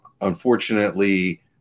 Unfortunately